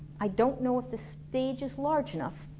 i don't know if this stage is large enough,